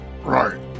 Right